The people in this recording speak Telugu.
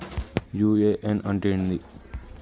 యు.ఎ.ఎన్ అంటే ఏంది?